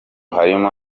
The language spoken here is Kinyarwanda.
harimo